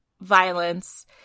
violence